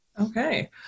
Okay